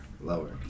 Lower